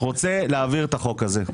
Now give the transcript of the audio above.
רוצה להעביר את החוק הזה.